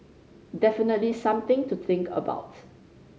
definitely something to think about